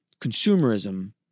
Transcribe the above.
consumerism